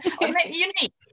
Unique